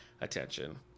attention